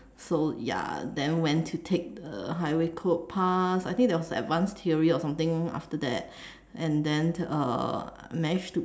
so ya then went to take the highway code pass I think there was advanced theory or something after that and then uh managed to